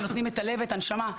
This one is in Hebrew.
והם נותנים את הלב ואת הנשמה.